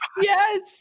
yes